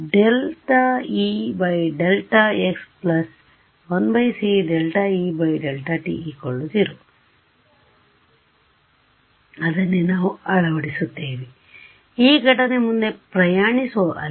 ∂E∂x 1c ∂E∂t 0 ಅದನ್ನೇ ನಾವು ಅಳವಡಿಸುತ್ತೇವೆ ಈ ಘಟನೆ ಮುಂದೆ ಪ್ರಯಾಣಿಸುವ ಅಲೆ